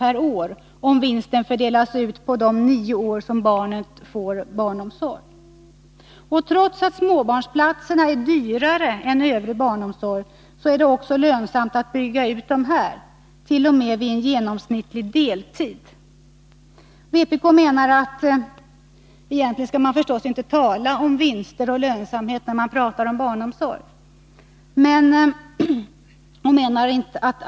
per år, om vinsten fördelas på de nio år som barnet får barnomsorg. Trots att småbarnsplatserna är dyrare än övrig barnomsorg är det också lönsamt att bygga ut dem, t.o.m. vid en genomsnittlig deltid. Vpk menar att vinstaspekten inte i någon mening får vara avgörande för barnomsorgens utbyggnad.